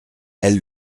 elle